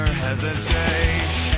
hesitate